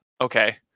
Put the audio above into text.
okay